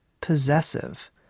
possessive